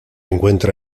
encuentra